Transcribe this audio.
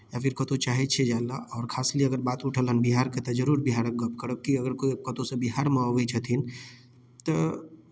या फेर कतहु चाहै छियै जाय लेल आओर खास कर अगर बात उठल हेँ बिहारके तऽ जरूर बिहारक गप्प करब की अगर कोइ कतहुसँ बिहारमे अबै छथिन तऽ